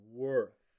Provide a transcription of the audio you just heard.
worth